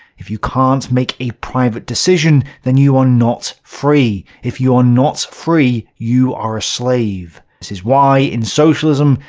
if you can't make a private decision, then you are not free, if you are not free, you are a slave. this is why, in socialism,